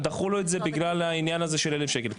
דחו לו את זה בגלל העניין הזה של אלף שקל.